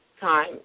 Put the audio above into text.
time